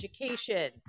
education